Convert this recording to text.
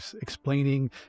explaining